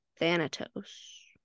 thanatos